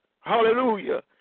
Hallelujah